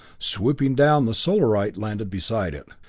swooping down, the solarite landed beside it,